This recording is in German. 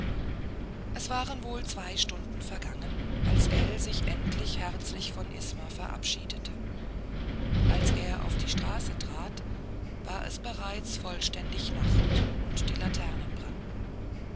es waren wohl zwei stunden vergangen als ell sich endlich herzlich von isma verabschiedete als er auf die straße trat war es bereits vollständig nacht und die laternen brannten